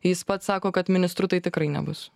jis pats sako kad ministru tai tikrai nebus